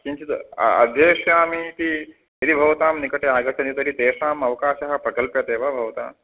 किञ्चित् अ अध्येष्यामि इति यदि भवतां निकटे आगच्छति तर्हि तेषाम् अवकाशः प्रकल्पते वा भवता